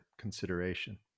consideration